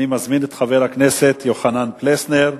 אני מזמין את חבר הכנסת יוחנן פלסנר,